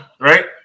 right